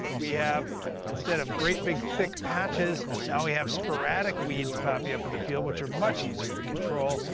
we have instead of great big thick patches now we have sporadic weeds popping up in the field, which are much easier to control,